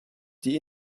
die